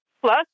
plus